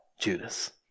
Judas